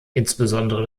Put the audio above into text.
insbesondere